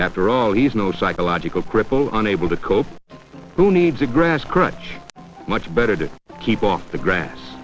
after all he's no psychological cripple unable to cope who needs a grass crutch much better to keep off the grass